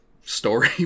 story